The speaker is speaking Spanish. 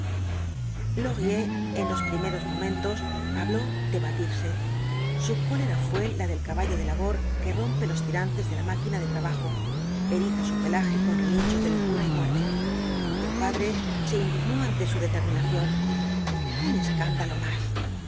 laurier en los primeros momentos habló de batirse su cólera fué la del caballo de labor que rompe los tirantes de la máquina de trabajo eriza su pelaje con relinchos de locura y muerde el padre se indignó ante su determinación un escándalo más